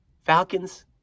Falcons